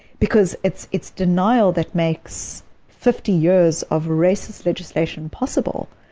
because it's it's denial that makes fifty years of racist legislation possible,